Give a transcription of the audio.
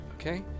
Okay